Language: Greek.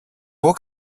πού